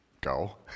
go